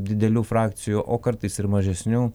didelių frakcijų o kartais ir mažesnių